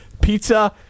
pizza